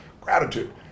gratitude